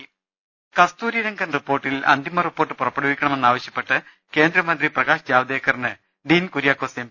രുട്ട്ട്ട്ട്ട്ട്ട്ട്ട്ട കസ്തൂരിരംഗൻ റിപ്പോർട്ടിൽ അന്തിമ റിപ്പോർട്ട് പുറപ്പെടുവിക്കണമെന്ന് ആവശ്യപ്പെട്ട് കേന്ദ്രമന്ത്രി പ്രകാശ് ജാവ്ദേക്കറിന് ഡീൻ കുര്യാക്കോസ് എം